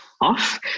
off